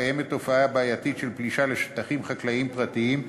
קיימת תופעה בעייתית של פלישה לשטחים חקלאיים פרטיים,